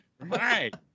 Right